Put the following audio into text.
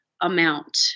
Amount